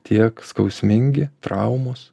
tiek skausmingi traumos